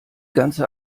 ganze